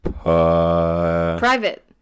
Private